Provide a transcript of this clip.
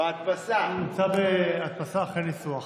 זה נמצא בהדפסה אחרי ניסוח.